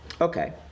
Okay